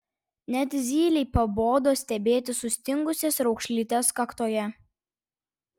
net zylei pabodo stebėti sustingusias raukšlytes kaktoje